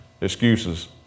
excuses